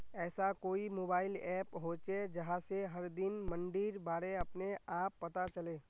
ऐसा कोई mobile app होचे जहा से हर दिन मंडीर बारे अपने आप पता चले?